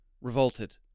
revolted